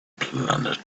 planet